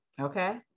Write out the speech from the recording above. Okay